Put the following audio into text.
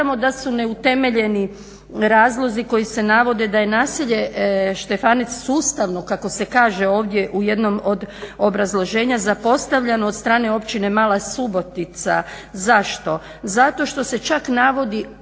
Hvala i vama.